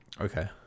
okay